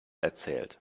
erzählt